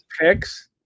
picks